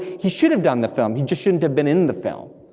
he should have done the film, he just shouldn't have been in the film,